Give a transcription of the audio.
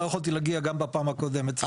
לא יכולתי להגיע בפעם הקודמת.